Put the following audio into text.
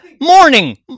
Morning